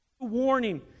Warning